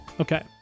okay